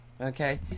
okay